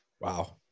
Wow